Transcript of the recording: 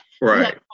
right